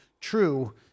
true